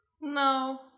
No